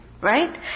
right